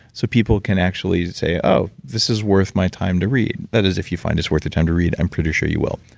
so people can actually say, oh, this is worth my time to read, that is if you find it's worth your time to read. i'm pretty sure you will.